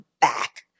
back